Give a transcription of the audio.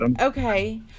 Okay